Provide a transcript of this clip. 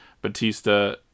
Batista